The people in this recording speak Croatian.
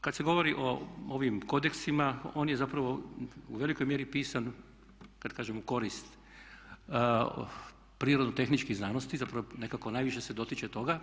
Kad se govori o ovim kodeksima on je zapravo u velikoj mjeri pisan da tako kažem u korist prirodno-tehničkih znanosti, zapravo nekako najviše se dotiče toga.